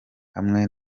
hamwe